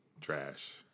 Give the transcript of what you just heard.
trash